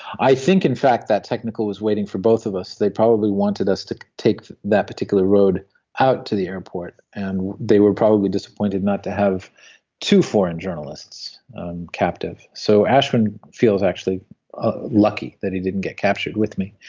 i think in fact that technical was waiting for both of us, they probably wanted us to take that particular road out to the airport, and they were probably disappointed not to have two foreign journalists captive. so ashwin feels actually lucky that he didn't get captured with me,